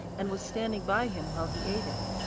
and was standing by him while he ate it.